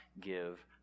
give